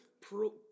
pro